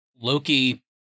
Loki